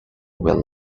will